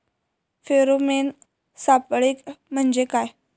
Pheromone सापळे म्हंजे काय?